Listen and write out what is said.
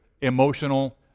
emotional